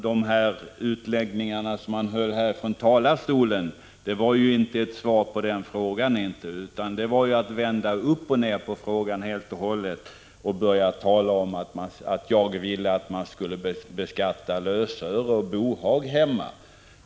De utläggningar han gjorde från talarstolen var inte något svar på min fråga. Det var att vända upp och ner på frågan helt och hållet när han började tala om att jag vill att man skall beskatta lösören och bohag hemma.